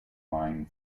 line